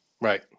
Right